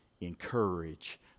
encourage